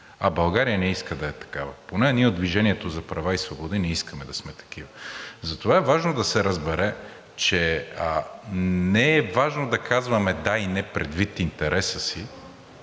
А България не иска да е такава, поне ние от „Движение за права и свободи“ не искаме да сме такива. Затова е важно да се разбере, че не е важно да казваме да и не предвид интереса си